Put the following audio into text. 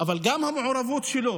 אבל גם המעורבות שלו